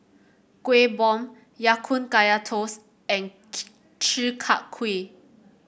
Kuih Bom Ya Kun Kaya Toast and Chi Kak Kuih